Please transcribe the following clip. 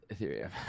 Ethereum